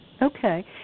Okay